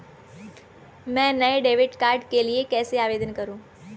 मैं नए debit card के लिए कैसे आवेदन करूं?